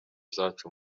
zacu